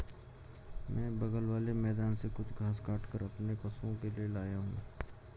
मैं बगल वाले मैदान से कुछ घास काटकर अपने पशुओं के लिए लाया हूं